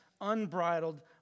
unbridled